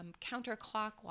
counterclockwise